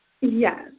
Yes